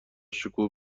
شکوه